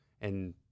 and-